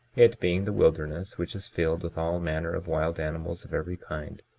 it being the wilderness which is filled with all manner of wild animals of every kind,